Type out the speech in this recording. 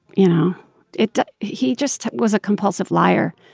you know it he just was a compulsive liar.